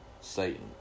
Satan